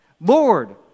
Lord